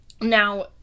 Now